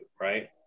right